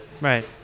Right